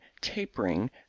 tapering